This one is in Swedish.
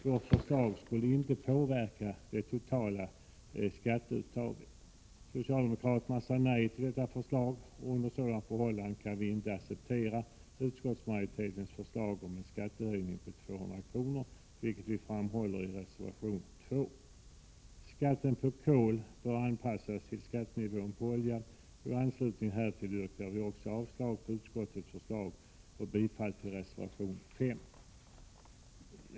Vårt förslag skulle inte påverka det totala skatteuttaget. Socialdemokraterna sade nej till detta förslag, och under sådana förhållanden kan vi inte acceptera utskottsmajoritetens förslag om en skattehöjning på 200 kr., vilket vi framhåller i reservation 2. Skatten på kol bör anpassas till skattenivån på olja, och i anslutning härtill yrkar vi också avslag på utskottets förslag och bifall till reservation 5.